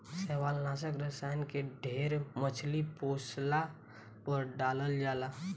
शैवालनाशक रसायन के ढेर मछली पोसला पर डालल जाला